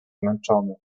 zmęczony